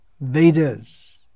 Vedas